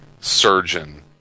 surgeon